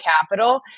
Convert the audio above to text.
Capital